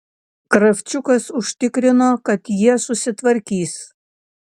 kravčiukas užtikrino kad jie susitvarkys